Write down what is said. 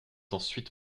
ensuite